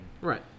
Right